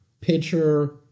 Pitcher